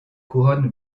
couronne